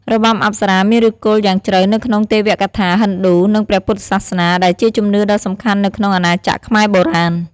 របាំអប្សរាមានឫសគល់យ៉ាងជ្រៅនៅក្នុងទេវកថាហិណ្ឌូ និងព្រះពុទ្ធសាសនា ដែលជាជំនឿដ៏សំខាន់នៅក្នុងអាណាចក្រខ្មែរបុរាណ។